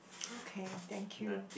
okay thank you